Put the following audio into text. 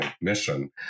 mission